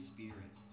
Spirit